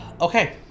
Okay